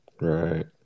Right